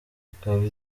ikaba